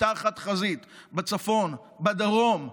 שכשנפתחת חזית בצפון, בדרום ובמזרח,